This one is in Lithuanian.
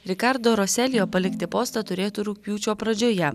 rikardo roselijo palikti postą turėtų rugpjūčio pradžioje